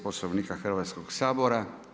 Poslovnika Hrvatskoga sabora.